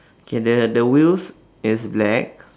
okay the the wheels is black